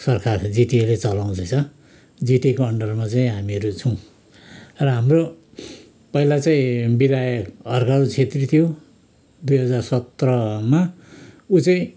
सरकार जिटिएले चलाउँदैछ जिटिएको अन्डरमा चाहिँ हामीहरू छौँ र हाम्रो पहिला चाहिँ विधायक हर्क बहादुर छेत्री थियो दुई हजार सत्रमा ऊ चाहिँ